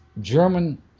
German